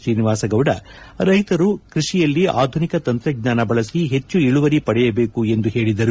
ಶೀನಿವಾಸಗೌಡ ರೈತರು ಕೃಷಿಯಲ್ಲಿ ಆಧುನಿಕ ತಂತ್ರಜ್ಞಾನ ಬಳಸಿ ಹೆಚ್ಚು ಇಳುವರಿ ಪಡೆಯಬೇಕು ಎಂದು ಹೇಳಿದರು